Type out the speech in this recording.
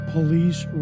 Police